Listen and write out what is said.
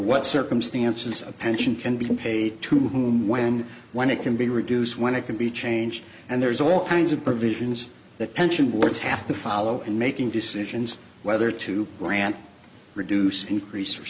what circumstances a pension can be paid to whom when when it can be reduced when it can be changed and there's all kinds of provisions that pension boards have to follow and making decisions whether to grant reduce increase or